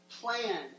plan